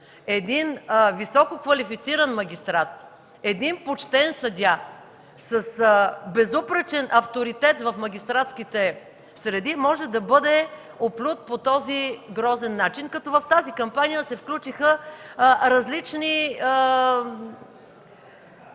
висококвалифициран магистрат, почтен съдия с безупречен авторитет в магистратските среди може да бъде оплют по този грозен начин. В тази кампания се включиха различни